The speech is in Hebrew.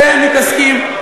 אתם מתעסקים,